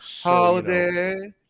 Holiday